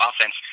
offense